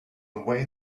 away